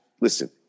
Listen